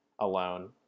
alone